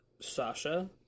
Sasha